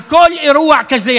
על כל אירוע כזה,